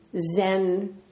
Zen